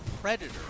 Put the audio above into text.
predator